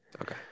okay